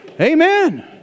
Amen